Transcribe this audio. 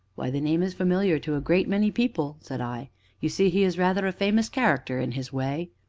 why, the name is familiar to a great many people, said i you see, he is rather a famous character, in his way.